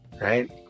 right